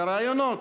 בראיונות,